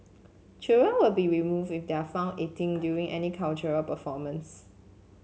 children will be removed if they are found eating during any cultural performance